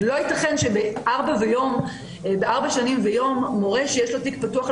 לא ייתכן שבארבע שנים ויום מורה שיש לו תיק פתוח על